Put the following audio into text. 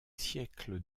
siècles